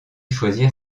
choisir